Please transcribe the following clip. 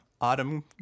autumn